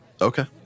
Okay